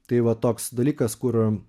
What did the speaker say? tai va toks dalykas kur